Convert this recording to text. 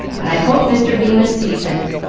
and i hope mr. bemis sees it.